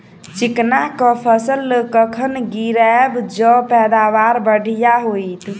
चिकना कऽ फसल कखन गिरैब जँ पैदावार बढ़िया होइत?